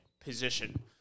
position